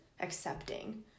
accepting